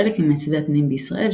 חלק ממעצבי הפנים בישראל,